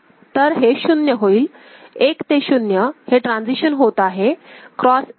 तर हे 0 होईल 1 ते 0 हे ट्रान्सिशन होत आहे क्रॉस 1